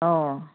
অঁ